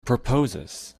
proposes